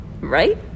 Right